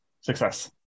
Success